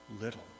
little